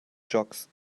jocks